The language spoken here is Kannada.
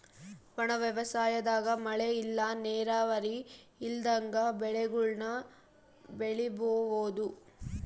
ಒಣ ವ್ಯವಸಾಯದಾಗ ಮಳೆ ಇಲ್ಲ ನೀರಾವರಿ ಇಲ್ದಂಗ ಬೆಳೆಗುಳ್ನ ಬೆಳಿಬೋಒದು